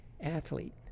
athlete